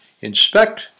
Inspect